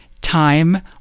time